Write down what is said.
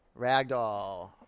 ragdoll